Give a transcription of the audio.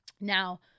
Now